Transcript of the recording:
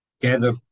gather